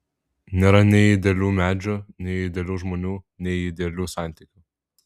nėra nei idealių medžių nei idealių žmonių nei idealių santykių